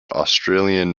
australian